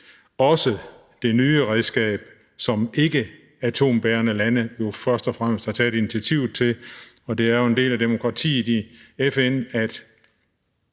også det nye redskab, som ikkeatombærende lande jo først og fremmest har taget initiativet til. Det er jo en del af demokratiet i FN, at